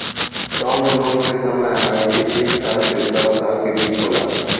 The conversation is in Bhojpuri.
टर्म लोन के समय अइसे एक साल से दस साल के बीच होला